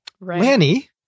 Lanny